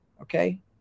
Okay